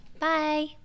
bye